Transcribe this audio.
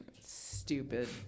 Stupid